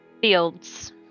Fields